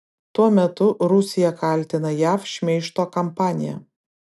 tuo metu rusija kaltina jav šmeižto kampanija